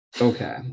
Okay